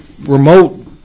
remote